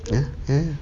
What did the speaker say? ya ya